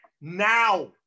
Now